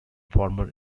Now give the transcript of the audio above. former